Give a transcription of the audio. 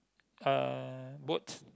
uh boats